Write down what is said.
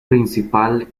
principal